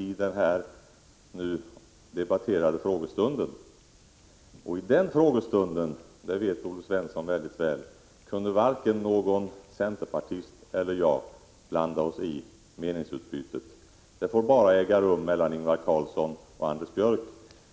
I den frågestunden, det vet Olle Svensson väldigt väl, kunde varken någon centerpartist eller jag blanda sig i meningsutbytet. Det fick bara äga rum mellan Ingvar Carlsson och Anders Björck.